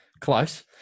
Close